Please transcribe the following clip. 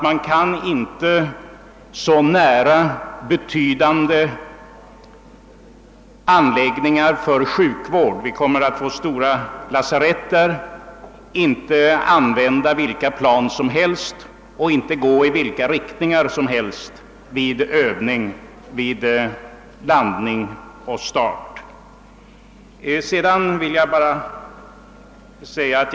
Det är inte möjligt att i närheten av så stora sjukvårdsinrättningar som där kommer att finnas — bl.a. ett stort lasarett — tillåta vilka flygplanstyper som helst; övningsflygningar kan inte heller få ske i vilka riktningar som helst.